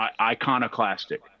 iconoclastic